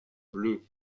bleu